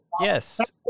Yes